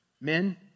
men